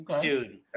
Dude